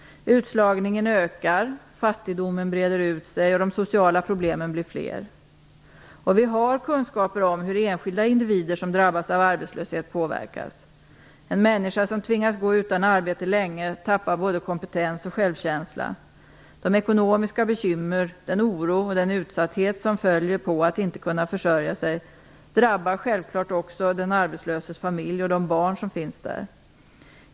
Utslagningen ökar. Fattigdomen breder ut sig, och de sociala problemen blir fler. Vi har kunskap om hur enskilda individer som drabbas av arbetslöshet påverkas. En människa som tvingas gå länge utan arbete tappar både kompetens och självkänsla. De ekonomiska bekymren, den oro och den utsatthet som följer på att man inte kan försörja sig drabbar självfallet också den arbetslöses familj och de barn som finns där.